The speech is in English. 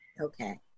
Okay